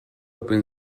open